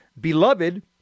Beloved